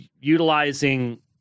utilizing